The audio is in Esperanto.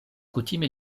kutime